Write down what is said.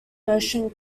motion